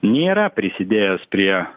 nėra prisidėjęs prie